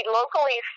locally